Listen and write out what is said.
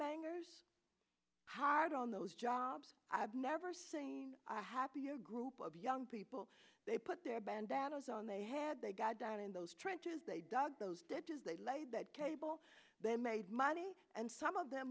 bangers how hard on those jobs i've never seen a happy a group of young people they put their bandanas on they head they got down in those trenches they dug those dead trees they laid that cable they made money and some of them